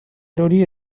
erori